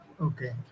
Okay